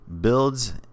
builds